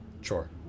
Sure